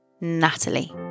Natalie